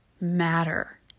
matter